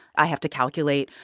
i have to calculate,